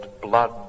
blood